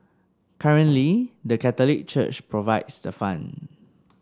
currently the Catholic Church provides the funds